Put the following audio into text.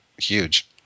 huge